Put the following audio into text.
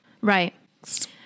Right